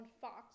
Fox